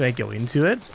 um go into it?